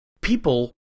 people